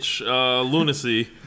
lunacy